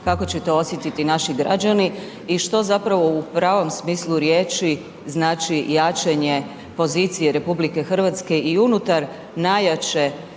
kako će to osjetiti naši građani i što zapravo u pravom smislu riječi znači jačanje pozicije RH i unutar najjače